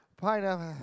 Pineapple